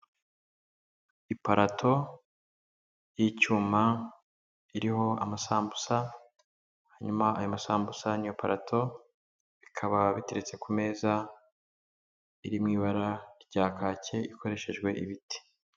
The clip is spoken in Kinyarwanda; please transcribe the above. Iparato y'icyuma, iriho amasambusa, hanyuma ayo masambusa n'iyo parato bikaba biteretse ku meza iri mu ibara rya kake, ikoreshejwe ibiti.